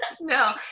No